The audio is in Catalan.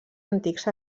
antics